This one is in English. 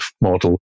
model